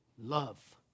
Love